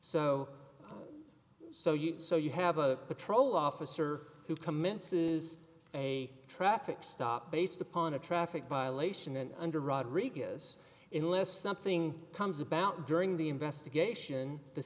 so so you so you have a patrol officer who commits is a traffic stop based upon a traffic violation and under rodrigues in less something comes about during the investigation the